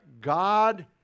God